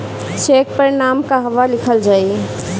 Check पर नाम कहवा लिखल जाइ?